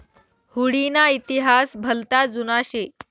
हुडी ना इतिहास भलता जुना शे